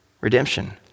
Redemption